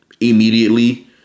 immediately